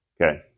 Okay